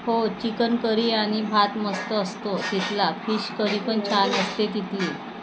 हो chicken curry आणि भात मस्त असतो तिथला फिश करी पण छान असते तिथली